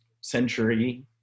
century